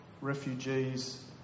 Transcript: refugees